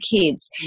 kids